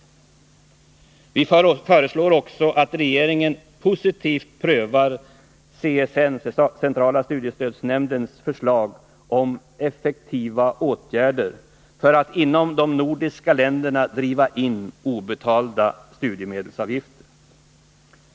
Vi föreslår också att regeringen positivt prövar centrala studiestödsnämndens förslag om effektiva åtgärder för att inom de nordiska länderna driva in obetalda studiemedelsavgifter.